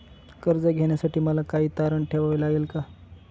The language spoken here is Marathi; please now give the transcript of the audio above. कर्ज घेण्यासाठी मला काही तारण ठेवावे लागेल का?